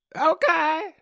Okay